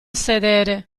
sedere